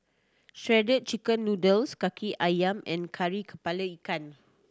Shredded Chicken Noodles Kaki Ayam and kari ikan